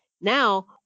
Now